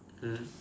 mm